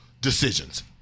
decisions